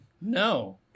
no